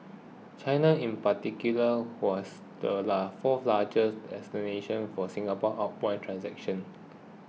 China in particular was the fourth largest destination for Singapore outbound transactions